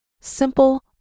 Simple